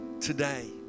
today